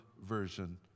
version